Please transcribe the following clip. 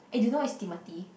eh do you know who is Timothy